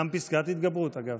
וגם פסקת התגברות, אגב.